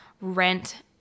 rent